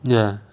ya